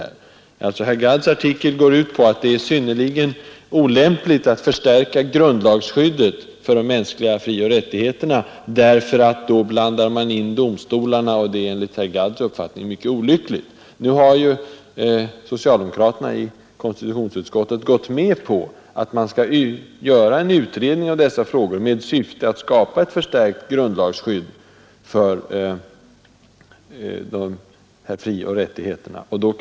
Herr Gadds artikel går ut på att det är synnerligen olämpligt att fö ka grundlagsskyddet för de mänskliga frioch rättigheterna, därför att då blandar man in domstolarna, och det är enligt herr Gadds uppfattning mycket olyckligt. Men socialdemokraterna i konstitutions utskottet har gått med på att man skall göra en utredning av dessa frågor med syfte att skapa ett förstärkt grundlagsskydd för de här frioch rättigheterna.